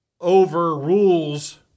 overrules